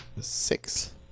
Six